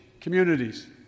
communities